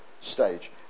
stage